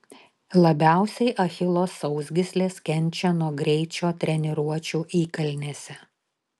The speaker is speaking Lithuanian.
labiausiai achilo sausgyslės kenčia nuo greičio treniruočių įkalnėse